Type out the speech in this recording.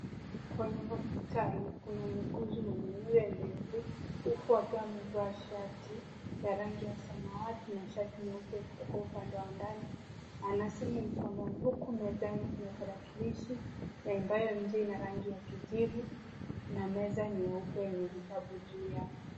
Kwenye hospitali kuna muuguzi mwenye nywele ndefu huku akiwa amevaa shati ya rangi ya samawati na shati nyeupe kutoka upande wa ndani. Ana simu mkononi huku mezani kuna tarakilishi ambayo nje ina rangi ya kijivu na meza nyeupe yenye vitabu juu yake.